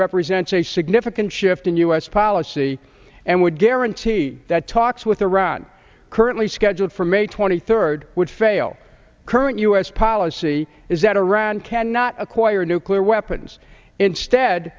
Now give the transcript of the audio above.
represents a significant shift in u s policy and would guarantee that talks with iran currently scheduled for may twenty third would fail current u s policy is that iran cannot acquire nuclear weapons instead